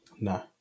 No